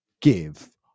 give